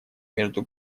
между